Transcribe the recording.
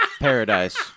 paradise